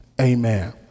Amen